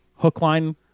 Hookline